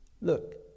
Look